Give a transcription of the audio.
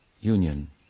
union